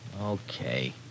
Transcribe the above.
Okay